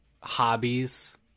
hobbies